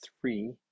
three